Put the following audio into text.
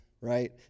right